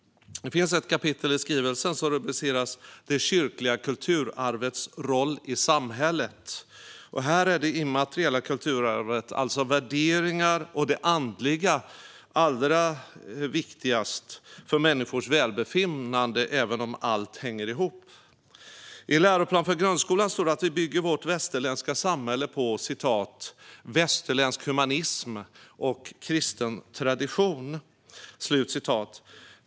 Det finns ett kapitel i skrivelsen som rubriceras "Det kyrkliga kulturarvets roll i samhället". Här är det immateriella kulturarvet, det vill säga värderingar och det andliga, allra viktigast för människors välbefinnande även om allt hänger ihop. I läroplanen för grundskolan står det att vi bygger vårt västerländska samhälle på "västerländsk humanism och kristen tradition".